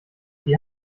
wie